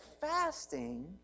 fasting